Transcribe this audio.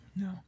No